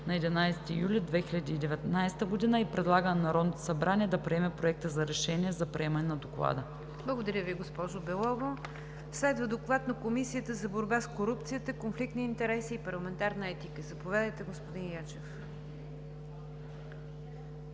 на 11 юли 2019 г., и предлага на Народното събрание да приеме Проекта за решение за приемане на Доклада.“ ПРЕДСЕДАТЕЛ НИГЯР ДЖАФЕР: Благодаря Ви, госпожо Белова. Следва Доклад на Комисията за борба с корупцията, конфликт на интереси и парламентарна етика. Заповядайте, господин Ячев.